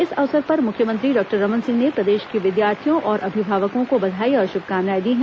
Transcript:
इस अवसर पर मुख्यमंत्री डॉक्टर रमन सिंह ने प्रदेश के विद्यार्थियों और अभिभावकों को बधाई और श्भकामनाएं दी हैं